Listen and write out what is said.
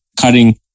cutting